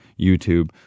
YouTube